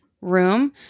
room